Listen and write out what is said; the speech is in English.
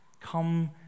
Come